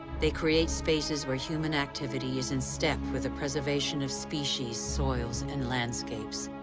they create spaces where human activity is in step with the preservation of species, soils and landscapes.